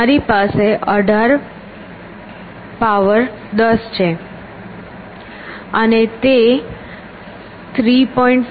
તમારી પાસે 18 10 છે અને તે 3